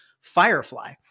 Firefly